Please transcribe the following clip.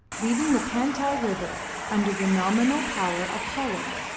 leaving the pantai river under the nominal power of holland.